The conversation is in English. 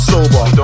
Sober